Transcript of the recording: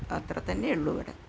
അത്ര തന്നയേ ഉള്ളൂ ഇവിടെ